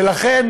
ולכן,